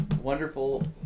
wonderful